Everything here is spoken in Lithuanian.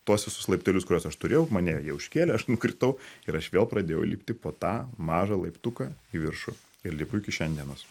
tuos visus laiptelius kuriuos aš turėjau mane jie užkėlė aš nukritau ir aš vėl pradėjau lipti po tą mažą laiptuką į viršų ir lipu iki šiandienos